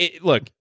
look